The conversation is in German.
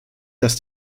dass